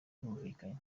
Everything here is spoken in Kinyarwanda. bumvikanye